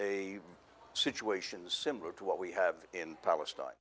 a situation similar to what we have in palestine